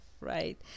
right